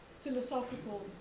philosophical